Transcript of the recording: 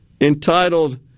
entitled